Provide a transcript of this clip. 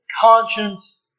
conscience